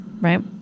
Right